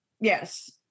Yes